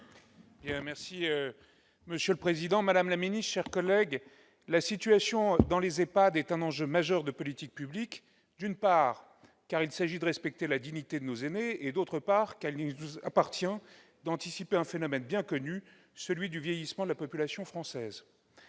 Monsieur le président, madame la ministre, mes chers collègues, la situation dans les EHPAD est un enjeu majeur de politique publique parce que, d'une part, il s'agit de respecter la dignité de nos aînés et, d'autre part, il nous appartient d'anticiper un phénomène bien connu, celui du vieillissement de la population française.